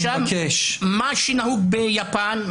שעות ארוכות,